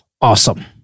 awesome